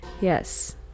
yes